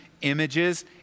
images